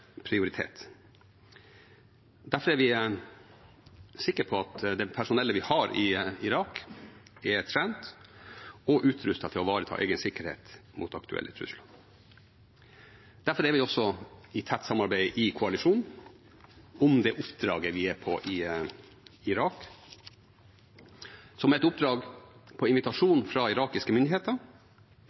Derfor er vi sikre på at det personellet vi har i Irak, er trent og utrustet til å ivareta egen sikkerhet i møte med aktuelle trusler. Derfor er vi også i et tett samarbeid i koalisjonen om det oppdraget vi er på i Irak, som har kommet på invitasjon fra irakiske myndigheter,